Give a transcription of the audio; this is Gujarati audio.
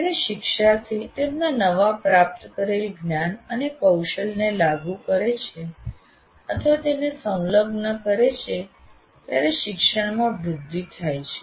જ્યારે શિક્ષાર્થી તેમના નવા પ્રાપ્ત કરેલા જ્ઞાન અને કૌશલને લાગુ કરે છે અથવા તેને સંલગ્ન કરે છે ત્યારે શિક્ષણમાં વૃદ્ધિ થાય છે